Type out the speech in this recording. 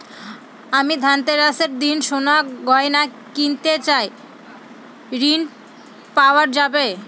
আমি ধনতেরাসের দিন সোনার গয়না কিনতে চাই ঝণ পাওয়া যাবে?